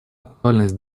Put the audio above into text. актуальность